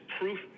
proof